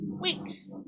weeks